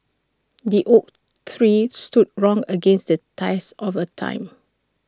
the oak three stood wrong against the test of A time